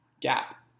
gap